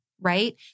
right